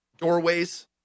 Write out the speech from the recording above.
doorways